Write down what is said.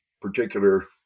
particular